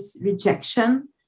rejection